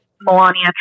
Melania